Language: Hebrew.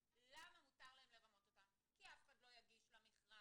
למה מותר להם לרמות אותה: כי אף אחד לא יגיש למכרז,